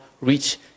reach